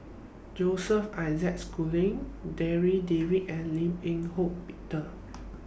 Joseph Isaac Schooling Darryl David and Lim Eng Hock Peter